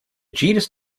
genus